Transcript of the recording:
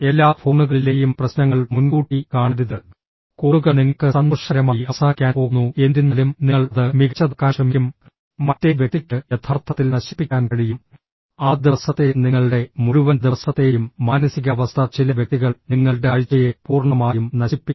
എല്ലാ ഫോണുകളിലെയും പ്രശ്നങ്ങൾ മുൻകൂട്ടി കാണരുത് കോളുകൾ നിങ്ങൾക്ക് സന്തോഷകരമായി അവസാനിക്കാൻ പോകുന്നു എന്നിരുന്നാലും നിങ്ങൾ അത് മികച്ചതാക്കാൻ ശ്രമിക്കും മറ്റേ വ്യക്തിക്ക് യഥാർത്ഥത്തിൽ നശിപ്പിക്കാൻ കഴിയും ആ ദിവസത്തെ നിങ്ങളുടെ മുഴുവൻ ദിവസത്തെയും മാനസികാവസ്ഥ ചില വ്യക്തികൾ നിങ്ങളുടെ ആഴ്ചയെ പൂർണ്ണമായും നശിപ്പിക്കും